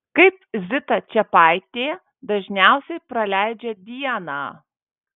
kaip zita čepaitė dažniausiai praleidžia dieną